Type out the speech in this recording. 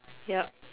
yup